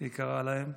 היא קראה להן,